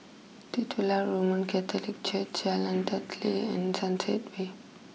Titular Roman Catholic Church Jalan Teliti and Sunset way